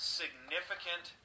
significant